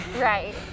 Right